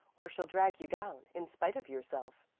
or she'll drag you down, in spite of yourself.